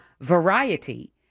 Variety